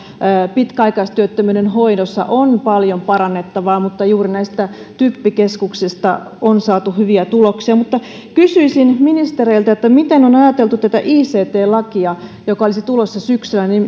pitkäaikaistyöttömyyden hoidossa on paljon parannettavaa mutta juuri näistä typ keskuksista on saatu hyviä tuloksia mutta kysyisin ministereiltä miten on ajateltu tätä ict lakia joka olisi tulossa syksyllä